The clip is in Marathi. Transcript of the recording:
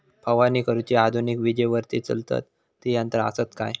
फवारणी करुची आधुनिक विजेवरती चलतत ती यंत्रा आसत काय?